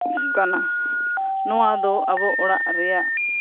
ᱠᱟᱱᱟ ᱱᱚᱣᱟᱫᱚ ᱟᱵᱚ ᱚᱲᱟᱜ ᱨᱮᱭᱟᱜ